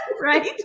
right